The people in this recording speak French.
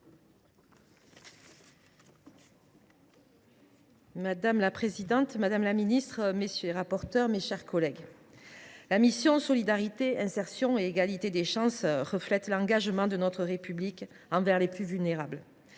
Madame la présidente, madame la ministre, mes chers collègues, la mission « Solidarité, insertion et égalité des chances » reflète l’engagement de notre République envers les plus vulnérables.